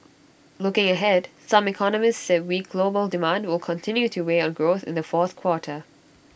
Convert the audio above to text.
looking ahead some economists said weak global demand will continue to weigh on growth in the fourth quarter